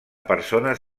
persones